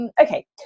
Okay